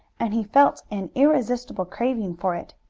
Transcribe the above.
and he felt an irresistible craving for it.